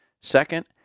Second